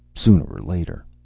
sooner or later.